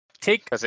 Take